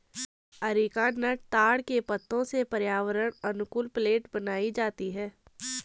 areca nut ताड़ के पत्तों से पर्यावरण अनुकूल प्लेट बनाई जाती है